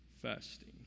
Fasting